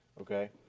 Okay